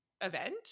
event